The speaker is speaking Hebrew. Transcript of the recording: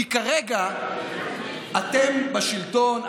כי כרגע אתם בשלטון,